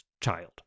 child